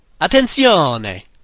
Attenzione